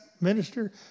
minister